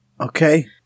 Okay